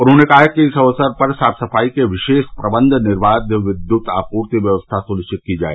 उन्होंने कहा कि इस अवसर पर साफ सफाई के विशेष प्रबंध निर्वाध विद्युत आपूर्ति व्यवस्था सुनिश्चित की जाए